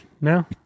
now